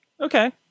Okay